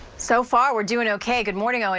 so far we're doing okay. good morning, owen.